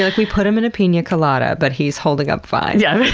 like, we put him in a pina colada but he's holding up fine. yeah.